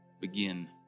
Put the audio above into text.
begin